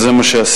וזה מה שעשינו.